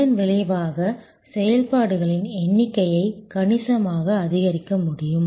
இதன் விளைவாக செயல்பாடுகளின் எண்ணிக்கையை கணிசமாக அதிகரிக்க முடியும்